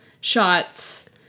shots